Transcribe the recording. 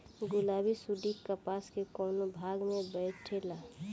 गुलाबी सुंडी कपास के कौने भाग में बैठे ला?